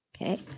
Okay